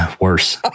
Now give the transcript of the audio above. worse